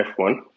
F1